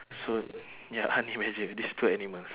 so ya honey badger this two animals